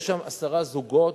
יש שם עשרה זוגות,